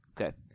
Okay